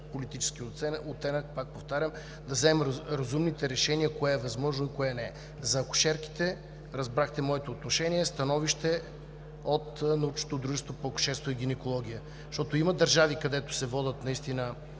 политически оттенък, пак повтарям, да вземем разумните решения кое е възможно и кое не е. За акушерките – разбрахте моето отношение, становището от Научното дружество по акушерство и гинекология. Защото има държави, където се водят наистина